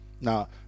Now